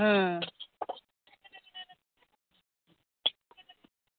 হুম